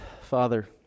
Father